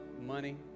money